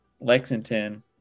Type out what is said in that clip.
Lexington